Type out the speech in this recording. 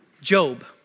Job